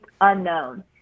unknown